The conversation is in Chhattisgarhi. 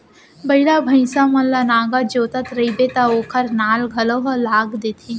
बइला, भईंसा मन ल नांगर जोतत रइबे त ओकर नाल घलौ ल लाग देथे